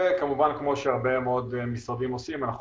וכמובן כמו שהרבה מאוד משרדים עושים אנחנו